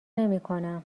نمیکنم